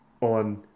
on